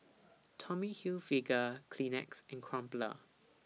Tommy Hilfiger Kleenex and Crumpler